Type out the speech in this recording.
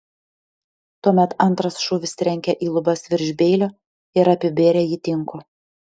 tuomet antras šūvis trenkė į lubas virš beilio ir apibėrė jį tinku